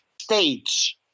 States